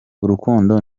urukundo